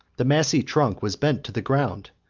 the massy trunk was bent to the ground,